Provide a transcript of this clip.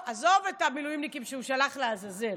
עזוב את המילואימניקים שהוא שלח לעזאזל.